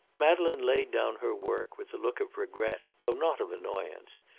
madeleine laid down her work with a look of regret though not of annoyance,